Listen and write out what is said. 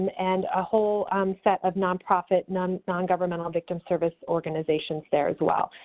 and a whole set of nonprofit, and um nongovernmental victims' service organizations there as well.